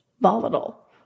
volatile